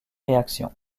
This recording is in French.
réaction